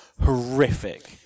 horrific